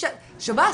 שב"ס,